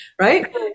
right